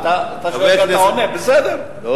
שאלתי אותך, ענית לי,